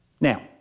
Now